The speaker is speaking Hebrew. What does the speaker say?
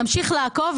נמשיך לעקוב.